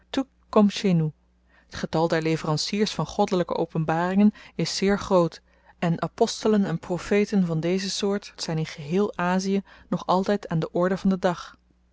t getal der leveranciers van goddelyke openbaringen is zeer groot en apostelen en profeten van deze soort zyn in geheel azie nog altyd aan de orde van den dag